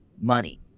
money